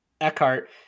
Eckhart